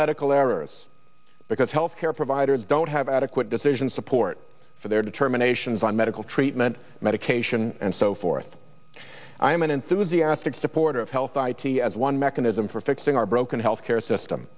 medical errors because health care providers don't have adequate decision support for their determinations on medical treatment medication and so forth i am an enthusiastic supporter of health i t as one mechanism for fixing our broken health care system